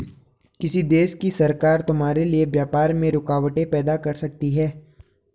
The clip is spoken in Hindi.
किसी देश की सरकार तुम्हारे लिए व्यापार में रुकावटें पैदा कर सकती हैं